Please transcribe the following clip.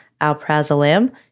alprazolam